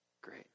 Great